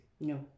no